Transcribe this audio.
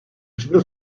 içinde